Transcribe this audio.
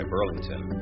Burlington